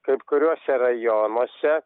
kaip kuriuose rajonuose